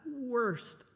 worst